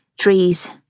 trees